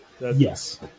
Yes